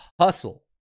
hustle